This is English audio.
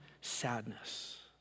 sadness